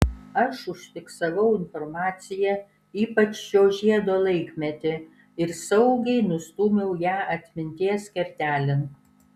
aš užfiksavau informaciją ypač šio žiedo laikmetį ir saugiai nustūmiau ją atminties kertelėn